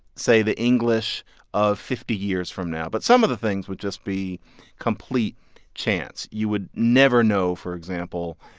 say, the english of fifty years from now, but some of the things would just be complete chance. you would never know, for example,